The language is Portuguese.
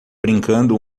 brincando